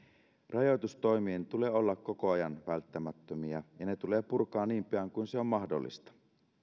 rajoitustoimien tulee olla koko ajan välttämättömiä ja ne tulee purkaa niin pian kuin se on mahdollista